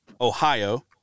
Ohio